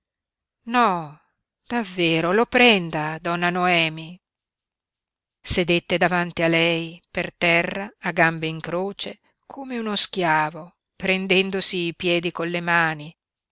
no davvero lo prenda donna noemi sedette davanti a lei per terra a gambe in croce come uno schiavo prendendosi i piedi colle mani